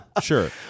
sure